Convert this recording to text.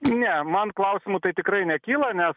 ne man klausimų tai tikrai nekyla nes